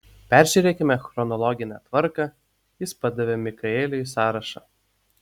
peržiūrėkime chronologine tvarka ji padavė mikaeliui sąrašą